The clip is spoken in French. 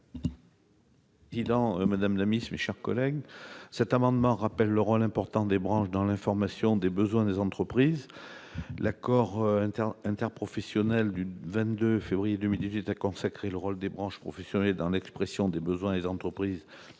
M. Daniel Chasseing. Cet amendement rappelle le rôle important des branches dans l'information sur les besoins des entreprises. L'accord interprofessionnel du 22 février dernier a consacré le rôle des branches professionnelles dans l'expression des besoins des entreprises